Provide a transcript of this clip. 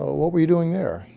ah what were you doing there?